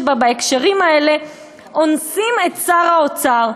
בה בהקשרים האלה: אונסים את שר האוצר.